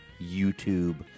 YouTube